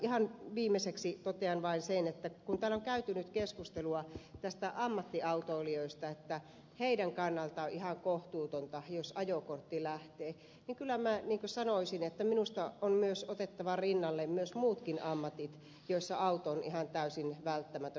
ihan viimeiseksi totean vain sen kun täällä on käyty nyt keskustelua ammattiautoilijoista että heidän kannaltaan on ihan kohtuutonta jos ajokortti lähtee niin kyllä minä sanoisin että minusta on myös otettava rinnalle muutkin ammatit joissa auto on ihan täysin välttämätön